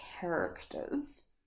characters